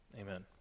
Amen